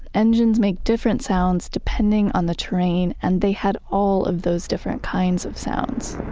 engines make different sounds depending on the terrain and they had all of those different kinds of sounds